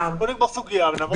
בוא נגמור סוגיה ונעבור.